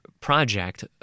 project